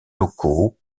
locaux